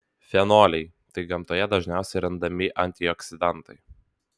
fenoliai tai gamtoje dažniausiai randami antioksidantai